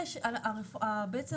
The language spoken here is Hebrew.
יש פה